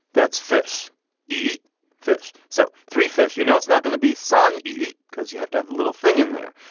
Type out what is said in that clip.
that's fish eat fish. so three fish. you know, it's not gonna be son eat because you have to have a little thing in there.